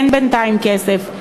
אין בינתיים כסף,